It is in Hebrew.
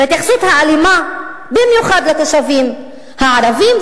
וההתייחסות האלימה במיוחד לתושבים הערבים,